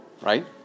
right